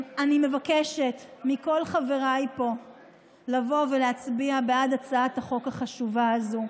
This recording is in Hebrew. אני מבקשת מכל חבריי פה לבוא ולהצביע בעד הצעת החוק החשובה הזאת,